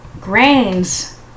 Grains